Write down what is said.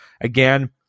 Again